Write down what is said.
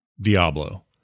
Diablo